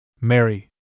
Mary